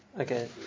Okay